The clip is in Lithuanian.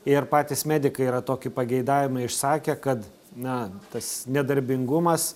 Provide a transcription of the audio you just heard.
ir patys medikai yra tokį pageidavimą išsakę kad na tas nedarbingumas